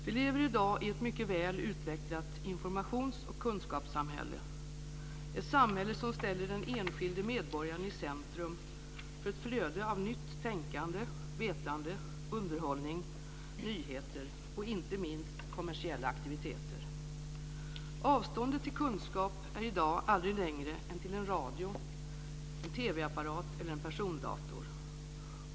Vi lever i dag i ett mycket väl utvecklat informationsoch kunskapssamhälle, ett samhälle som ställer den enskilde medborgaren i centrum för ett flöde av nytt tänkande, vetande, underhållning, nyheter och inte minst kommersiella aktiviteter. Avståndet till kunskap är i dag aldrig längre än till en radio, en TV-apparat eller en persondator.